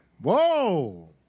Whoa